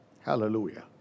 Hallelujah